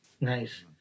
Nice